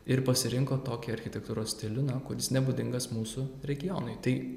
ir pasirinko tokį architektūros stilių na kuris nebūdingas mūsų regionui tai bet